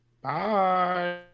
Bye